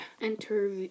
enter